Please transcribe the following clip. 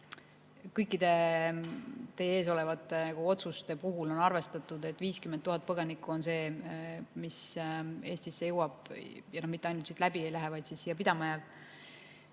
Kõikide teie ees olevate otsuste puhul on arvestatud, et 50 000 põgenikku on see arv, mis Eestisse jõuab – mitte siit ainult läbi ei lähe, vaid siia pidama jääb